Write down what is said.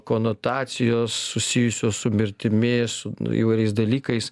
konotacijos susijusios su mirtimi su įvairiais dalykais